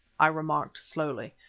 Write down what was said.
i remarked slowly,